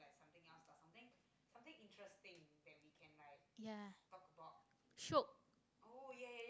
ya shiok